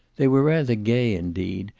they were rather gay, indeed,